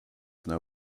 know